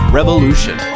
Revolution